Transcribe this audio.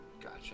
Gotcha